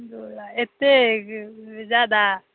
एतय जादा